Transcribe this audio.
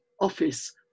office